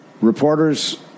Reporters